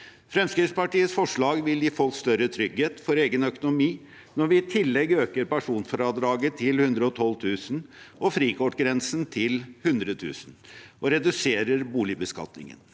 Fremskrittspartiets forslag vil gi folk større trygghet for egen økonomi når vi i tillegg øker personfradraget til 112 000 kr og frikortgrensen til 100 000 kr og reduserer boligbeskatningen.